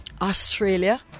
Australia